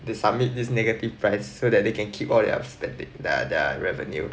they submit this negative price so that they can keep all their spending their their revenue